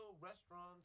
restaurants